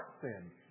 sin